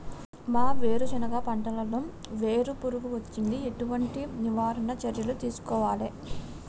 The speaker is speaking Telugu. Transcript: మా వేరుశెనగ పంటలలో వేరు పురుగు వచ్చింది? ఎటువంటి నివారణ చర్యలు తీసుకోవాలే?